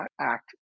act